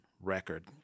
record